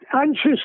anxious